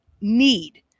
need